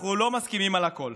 אנחנו לא מסכימים על הכול,